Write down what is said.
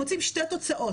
מוצאים שתי תוצאות.